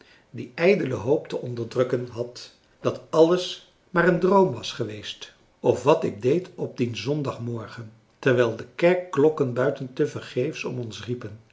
die ijdele hoop te onderdrukken had dat alles maar een droom was geweest of wat ik deed op dien zondagmorgen terwijl de kerkklokken buiten tevergeefs om ons riepen